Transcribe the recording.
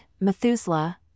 Methuselah